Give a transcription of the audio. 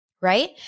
Right